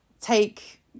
take